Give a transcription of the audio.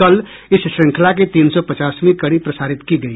कल इस श्रृंखला की तीन सौ पचासवीं कड़ी प्रसारित की गई